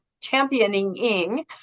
championing